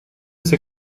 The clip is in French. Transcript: ses